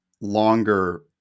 longer